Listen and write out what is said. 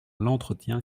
l’entretien